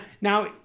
now